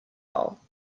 all